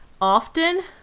often